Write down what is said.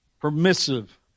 permissive